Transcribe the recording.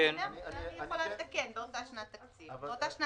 אני יכולה לתקן "באותה שנת כספים".